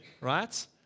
right